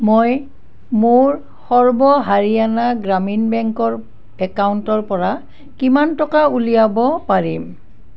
মই মোৰ সৰ্ব হাৰিয়ানা গ্ৰামীণ বেংকৰ একাউণ্টৰপৰা কিমান টকা উলিয়াব পাৰিম